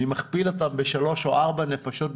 אני מכפיל אותם בשלוש או ארבע נפשות בממוצע,